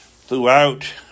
throughout